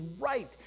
right